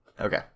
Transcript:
Okay